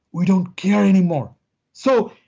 we don't care anymore so,